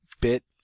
Bit